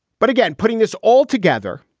but again, putting this all together,